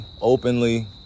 openly